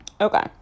Okay